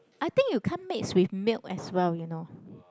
I think you can't mix with milk as well you know